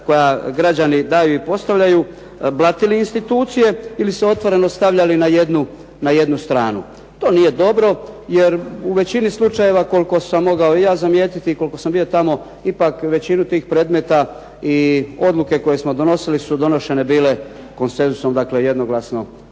koja građani daju i postavljaju blatili institucije ili se otvoreno stavljali na jednu stranu. To nije dobro. Jer u većini slučajeva koliko sam mogao ja zamijetiti i koliko sam bio tamo ipak većinu tih predmeta i odluke koje smo donosili su bile donošene konsenzusom jednoglasno,